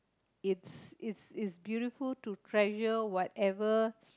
it's it's it's beautiful to treasure whatever